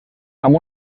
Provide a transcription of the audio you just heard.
amb